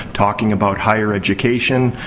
talking about higher education.